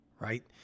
right